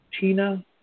Tina